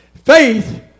Faith